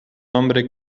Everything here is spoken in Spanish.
hombre